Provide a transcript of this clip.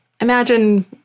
Imagine